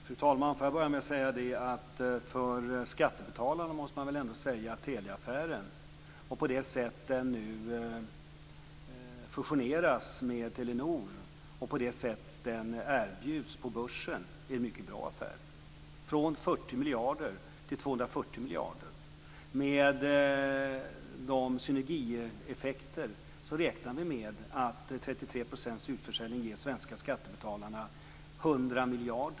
Fru talman! Man måste ändå säga att Teliaaffären är en mycket bra affär för skattebetalarna. Det gäller fusionen med Telenor och erbjudandet på börsen. Från 40 miljarder till 240 miljarder, med de synergieffekter som blir, räknar vi med att 33 % utförsäljning ger de svenska skattebetalarna 100 miljarder.